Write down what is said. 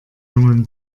jungen